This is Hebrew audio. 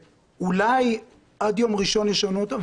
ואולי עד יום ראשון ישנו אותן.